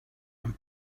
and